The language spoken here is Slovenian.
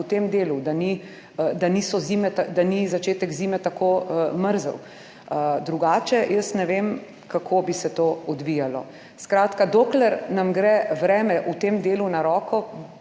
zime, da ni začetek zime tako mrzel. Drugače jaz ne vem, kako bi se to odvijalo. Skratka, dokler nam gre vreme v tem delu na roko,